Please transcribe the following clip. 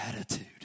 attitude